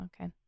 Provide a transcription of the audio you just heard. Okay